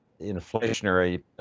inflationary